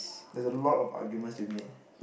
there's a lot of arguments to be made